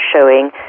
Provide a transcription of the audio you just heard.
showing